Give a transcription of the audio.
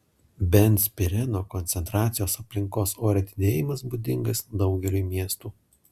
benzpireno koncentracijos aplinkos ore didėjimas būdingas daugeliui miestų